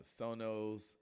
Sonos